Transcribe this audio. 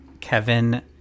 Kevin